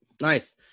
Nice